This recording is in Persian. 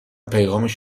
پیغامش